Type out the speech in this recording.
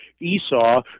Esau